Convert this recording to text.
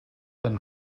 been